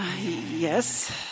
Yes